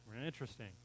interesting